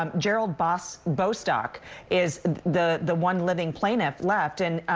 um gerald but so bostock is the the one living plaintiff left, and